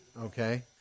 okay